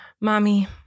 Mommy